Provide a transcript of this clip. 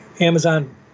Amazon